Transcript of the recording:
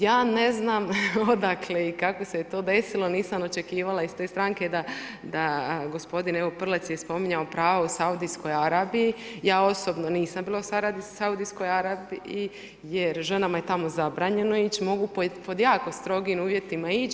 Ja ne znam odakle i kako se je to desilo, nisam očekivala iz te stranke da gospodin evo Prelec je spominjao pravu u Saudijskoj Arabiji, ja osobno nisam bila u Saudijskoj Arabiji jer ženama je tamo zabranjeno ići, mogu pod jako strogim uvjetima ić.